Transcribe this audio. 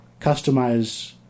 customize